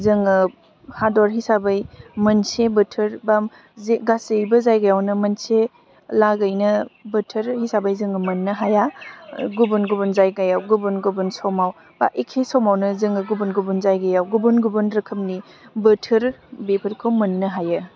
जोङो हादर हिसाबै मोनसे बोथोर बा जे गासैबो जायगायावनो मोनसे लागैनो बोथोर हिसाबै जोङो मोननो हाया गुबुन गुबुन जायगायाव गुबुन गुबुन समाव बा एसे खमावनो जोङो गुबुन गुबुन जायगायाव गुबुन गुबुन रोखोमनि बोथोर बेफोरखौ मोननो हायो